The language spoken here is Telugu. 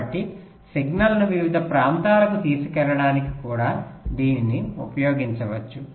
కాబట్టి సిగ్నల్ను వివిధ ప్రాంతాలకు తీసుకెళ్లడానికి కూడా దీనిని ఉపయోగించవచ్చు